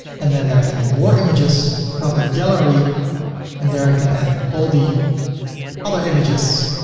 and then there can be more images, product gallery and there i can add all the other images.